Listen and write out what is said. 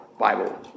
Bible